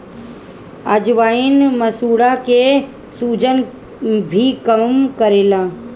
अजवाईन मसूड़ा के सुजन भी कम करेला